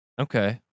Okay